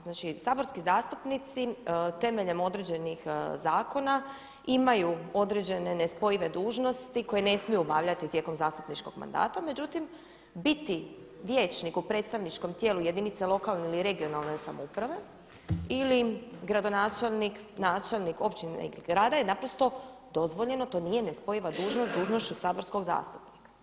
Znači saborski zastupnici temeljem određenih zakona imaju određene nespojive dužnosti koje ne smiju obavljati tijekom zastupničkog mandata međutim biti vijećnik u predstavničkom tijelu jedinice lokalne ili regionalne samouprave ili gradonačelnik, načelnik općine ili grada je naprosto dozvoljeno, to nije nespojiva dužnost s dužnošću saborskog zastupnika.